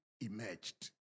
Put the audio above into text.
emerged